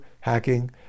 hacking